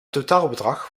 totaalbedrag